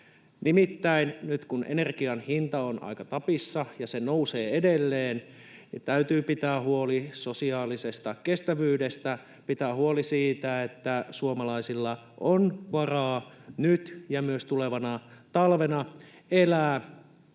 Nimittäin nyt kun energian hinta on aika tapissa ja se nousee edelleen, täytyy pitää huoli sosiaalisesta kestävyydestä, pitää huoli siitä, että suomalaisilla on varaa nyt ja myös tulevana talvena elää